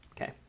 Okay